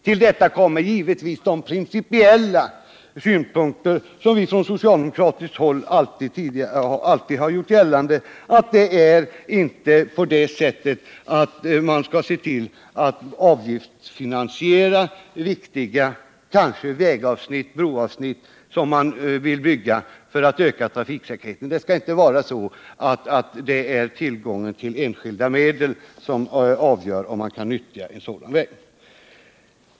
Till detta kommer givetvis de principiella synpunkter som vi från socialdemokratiskt håll alltid har gjort gällande, att man inte kan avgiftsfinansiera t.ex. viktiga vägeller broavsnitt som man vill bygga för att öka trafiksäkerheten. Tillgången till enskilda medel skall inte avgöra om man får nyttja en sådan väg.